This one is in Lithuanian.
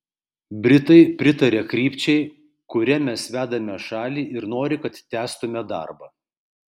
britai pritaria krypčiai kuria mes vedame šalį ir nori kad tęstume darbą